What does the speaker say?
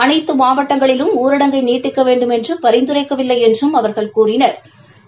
அனைத்து மாவட்டங்களிலும் ஊரடங்கை நீட்டிக்க வேண்டுமென்று பரிந்துரைக்கவில்லை என்றும் அவர்கள் கூறினா்